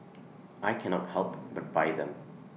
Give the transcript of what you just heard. I cannot help but buy them